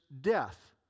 death